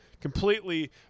Completely